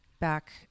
back